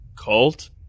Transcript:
Cult